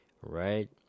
right